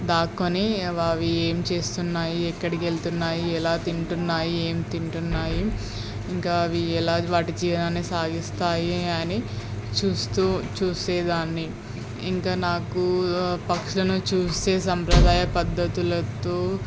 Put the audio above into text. దాక్కుని అవి ఏం చేస్తున్నాయి ఎక్కడికి వెళ్తున్నాయి ఎలా తింటున్నాయి ఏం తింటున్నాయి ఇంకా అవి ఎలా వాటి జీవనాన్ని సాగిస్తాయి అని చూస్తూ చూసేదాన్ని ఇంకా నాకు పక్షులను చూసే సంప్రదాయ పద్ధతులతో